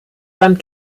land